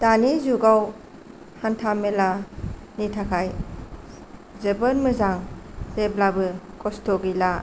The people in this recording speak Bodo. दानि जुगाव हानथा मेलानि थाखाय जोबोर मोजां जेब्लाबो कस्त' गैला